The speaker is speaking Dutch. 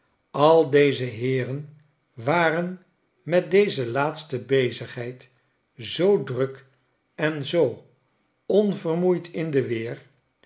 al deze heeren waren met deze laatste bezigheid zoo druk en zoo onvermoeid in de weer